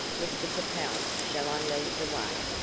mr capel, shall i lead the way?